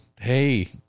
hey